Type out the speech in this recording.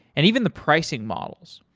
and even the pricing models.